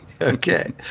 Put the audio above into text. Okay